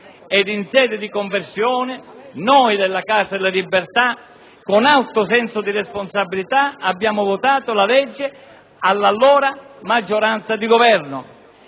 del decreto-legge, noi della Casa delle Libertà, con alto senso di responsabilità, abbiamo votato la legge assieme all'allora maggioranza di Governo.